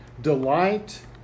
Delight